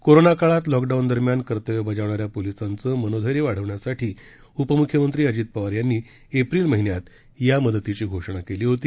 कोरोनाकाळामध्ये lockdown दरम्यान कर्तव्य बजावणाऱ्या पोलिसांचं मनोधैर्य वाढवण्यासाठी उपमुख्यमंत्री अजित पवार यांनी एप्रिल महिन्यात या मदतीची घोषणा केली होती